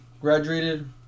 Graduated